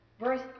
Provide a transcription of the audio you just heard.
verse